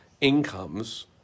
incomes